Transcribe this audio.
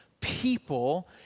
people